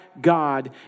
God